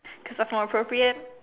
cause it's more appropriate